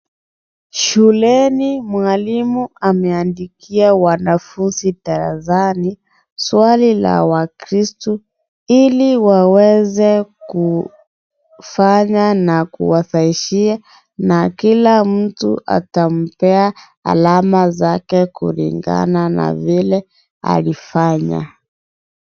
Shuleni mwalimu ameandikia wanafunzi darasani swali la wakristu iliwaweze kufanya na kuwafaishia na kila mtu atampea alama zake kulingana na vile alifanya.